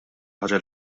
ħaġa